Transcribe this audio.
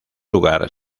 lugar